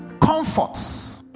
comforts